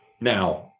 Now